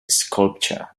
sculpture